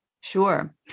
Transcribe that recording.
Sure